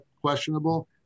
questionable